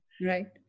Right